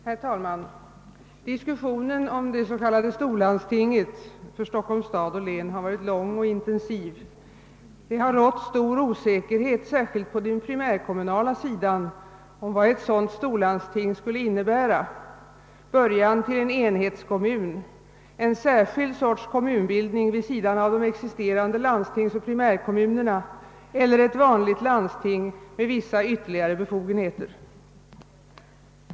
Herr talman! Diskussionen om det s.k. storlandstinget för Stockholms stad och län har varit lång och intensiv. Det har rått stor osäkerhet, särskilt på den primärkommunala sidan, om vad ett sådant storlandsting skulle innebära: början till en enhetskommun — en särskild sorts kommunbildning vid sidan av de existerande landstingsoch primärkommunerna — eller ett vanligt landsting med vissa ytterligare befogenheter.